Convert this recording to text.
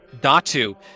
Datu